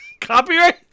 Copyright